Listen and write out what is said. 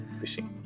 wishing